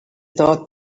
thought